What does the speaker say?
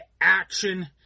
action